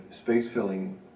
space-filling